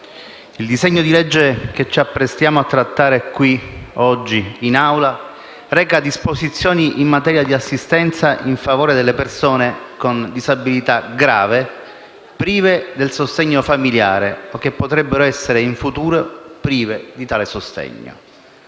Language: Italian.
il disegno di legge che ci apprestiamo a esaminare oggi in Assemblea reca disposizioni in materia di assistenza in favore delle persone con disabilità grave, prive del sostegno familiare, o che potrebbero essere in futuro prive di tale sostegno.